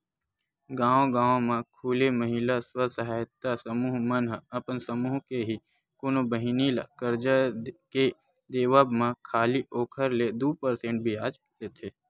गांव गांव म खूले महिला स्व सहायता समूह मन ह अपन समूह के ही कोनो बहिनी ल करजा के देवब म खाली ओखर ले दू परसेंट बियाज लेथे